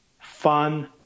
fun